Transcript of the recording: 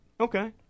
Okay